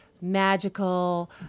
Magical